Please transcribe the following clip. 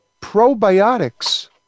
probiotics